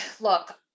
look